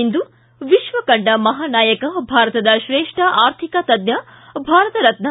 ಇಂದು ವಿಶ್ವ ಕಂಡ ಮಹಾನಾಯಕ ಭಾರತದ ಶ್ರೇಷ್ಠ ಆರ್ಥಿಕ ತಜ್ಜ ಭಾರತ ರತ್ನ